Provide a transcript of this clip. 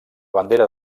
bandera